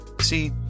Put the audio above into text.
See